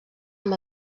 amb